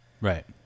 Right